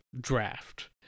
draft